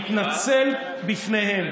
התנצל בפניהם